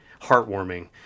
heartwarming